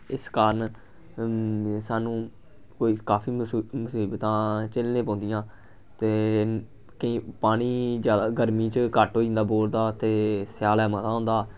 इस कारण सानूं कोई काफी मुसीबत मुसबतां झह्ल्लने पौंदियां ते केईं पानी जैदा गर्मी च घट्ट होई जंदा बोर दा ते सेआलै मता होंदा